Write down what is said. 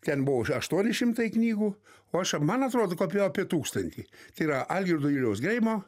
ten buvo už aštuoni šimtai knygų o aš man atrodo kopijavau apie tūkstantį tai yra algirdo juliaus greimo